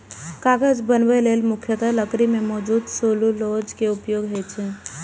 कागज बनबै लेल मुख्यतः लकड़ी मे मौजूद सेलुलोज के उपयोग होइ छै